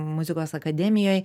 muzikos akademijoj